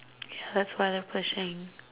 that's why they're pushing